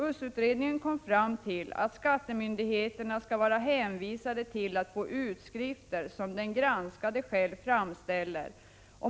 USS-utredningen kom fram till att skattemyndigheterna skall vara hänvisade till att få utskrifter som den granskade själv framställer.